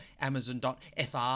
Amazon.fr